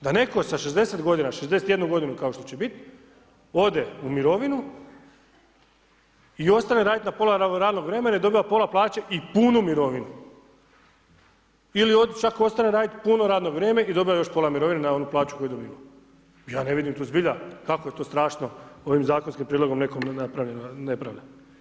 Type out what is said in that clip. Da netko sa 60 godina, 61 godinu kao što će bit, ode u mirovinu i ostane radit na pola radnog vremena i dobiva pola plaće i punu mirovinu, ili čak ostane radit puno radno vrijeme i dobiva još pola mirovine na onu plaću koju je dobivao, ja ne vidim tu zbilja kako je to strašno ovim zakonskim Prijedlogom nekome napravljena nepravda.